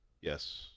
Yes